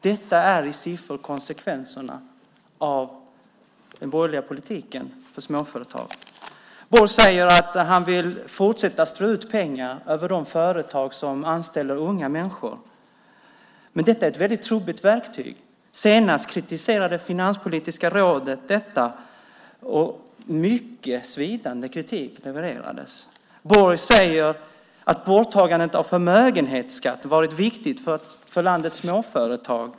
Detta är i siffror konsekvenserna av den borgerliga politiken för småföretagen. Borg säger att han vill fortsätta att strö ut pengar över de företag som anställer unga människor. Men det är ett väldigt trubbigt verktyg. Senast var det Finanspolitiska rådet som kritiserade detta. En mycket svidande kritik levererades. Borg säger att borttagandet av förmögenhetsskatten har varit viktigt för landets småföretag.